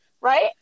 right